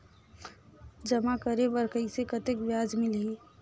जमा करे बर कइसे कतेक ब्याज मिलही?